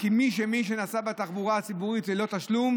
מי שנסעו בתחבורה הציבורית ללא תשלום